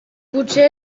potser